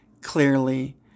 clearly